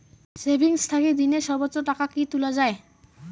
Savings থাকি দিনে সর্বোচ্চ টাকা কি তুলা য়ায়?